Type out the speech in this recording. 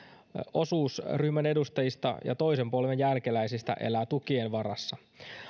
osuus ryhmän edustajista ja toisen polven jälkeläisistä elää tukien varassa